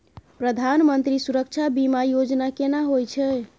प्रधानमंत्री सुरक्षा बीमा योजना केना होय छै?